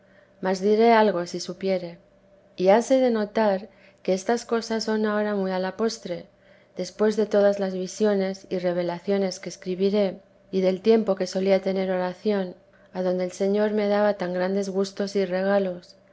mas diré algo si supiere y hase de notar que estas cosas son ahora muy a la postre después de todas las visiones y revelaciones que escribiré y del tiempo que solía tener oración adonde el señor me daba tan grandes gustos y regalos